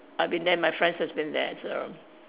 I've been there my friends has been there as well